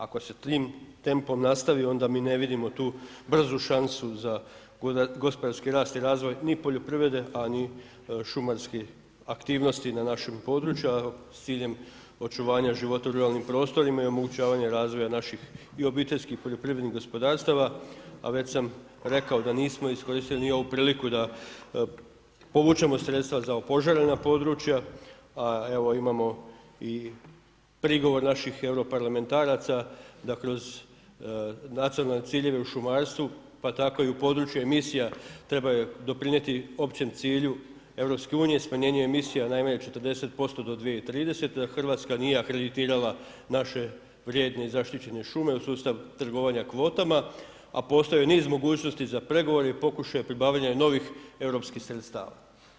Ako se tim tempom nastavi, onda mi ne vidimo tu brzu šansu za gospodarski rast i razvoj ni poljoprivrede, ni šumarskih aktivnosti na našim području, a s ciljem očuvanja života u ruralnim prostorima i omogućavanja razvoja naših i OPG, a već sam rekao da nismo iskoristili ni ovu priliku, da povučemo sredstva za opožarena područja, a evo imamo i prigovor naših europarlamentaraca da kroz nacionalne ciljeve u šumarstvu pa tako i u područje emisija, treba doprinijeti općem cilju EU-a, smanjenje emisija, najmanje 40% do 2030. da Hrvatska nije akreditirala naše vrijedne i zaštićene šume u sustav trgovanja kvotama a postoji niz mogućnosti za pregovore i pokušaj pribavljanja novih europskih sredstava.